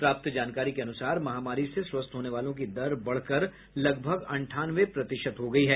प्राप्त जानकारी के अनुसार महामारी से स्वस्थ होने वालों की दर बढ़कर लगभग अंठानवे प्रतिशत हो गयी है